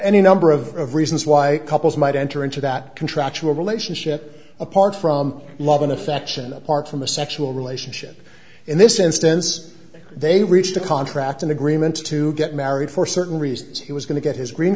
any number of reasons why couples might enter into that contractual relationship apart from love and affection apart from the sexual relationship in this instance they reached a contract an agreement to get married for certain reasons he was going to get his green